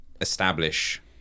establish